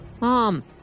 Mom